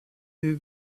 des